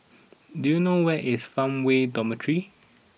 do you know where is Farmway Dormitory